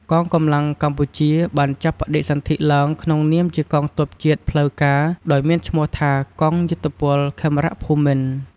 កងកម្លាំងកម្ពុជា បានចាប់បដិសន្ធិឡើងក្នុងនាមជាកងទ័ពជាតិផ្លូវការណ៍ ដោយមានឈ្មោះថា "កងយោធពលខេមរៈភូមិន្ទ" ។